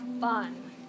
fun